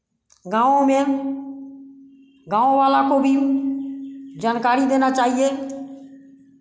गाँव में गाँव वाला को भी जानकारी देना चाहिए